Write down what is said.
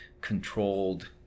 controlled